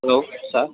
hello sir